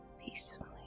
peacefully